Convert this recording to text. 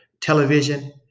television